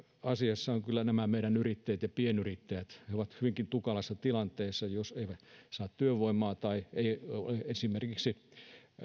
asiassa ovat kyllä nämä meidän yrittäjät ja pienyrittäjät he ovat hyvinkin tukalassa tilanteessa jos eivät saa työvoimaa tai esimerkiksi